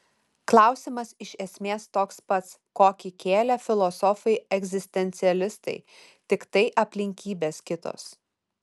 klausimas iš esmės toks pats kokį kėlė filosofai egzistencialistai tiktai aplinkybės kitos